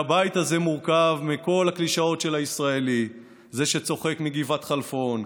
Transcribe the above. והבית הזה מורכב מכל הקלישאות של הישראלי: זה שצוחק מגבעת חלפון,